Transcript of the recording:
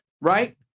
right